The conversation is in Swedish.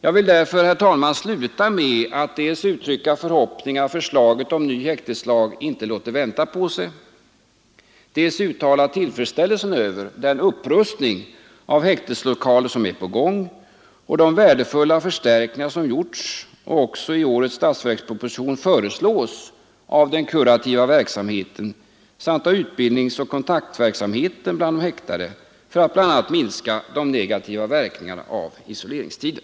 Jag vill därför, herr talman, sluta med att dels uttrycka förhoppningen att förslaget om ny häkteslag inte låter vänta på sig, dels uttala min tillfredsställelse över den upprustning av häkteslokaler som är på gång och de värdefulla förstärkningar, som gjorts och som också i årets statsverksproposition föreslås, av den kurativa verksamheten samt av utbildningsoch kontaktverksamheten bland de häktade för att bl.a. minska de negativa verkningarna av isoleringstiden.